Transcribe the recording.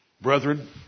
Brethren